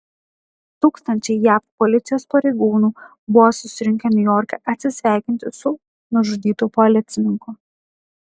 tūkstančiai jav policijos pareigūnų buvo susirinkę niujorke atsisveikinti su nužudytu policininku